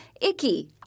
icky